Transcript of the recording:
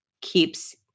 keeps